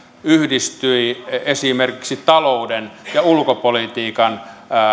yhdistyi esimerkiksi talouden ja ulkopolitiikan